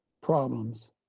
problems